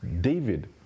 David